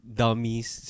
dummies